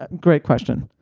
ah great question.